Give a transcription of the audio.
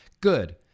Good